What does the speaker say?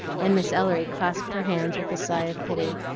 and miss ellery clasped her hands with a sigh of pity.